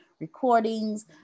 recordings